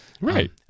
right